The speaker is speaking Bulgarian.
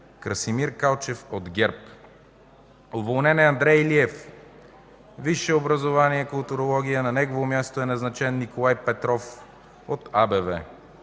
Красимир Калчев от ГЕРБ. Уволнен е Андрей Илиев. Висше образование – културология, на негово място е назначен Николай Петров от АБВ.